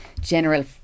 general